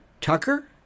Tucker